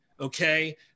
Okay